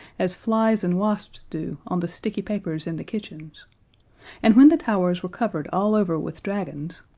as flies and wasps do on the sticky papers in the kitchen and when the towers were covered all over with dragons,